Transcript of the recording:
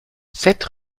sept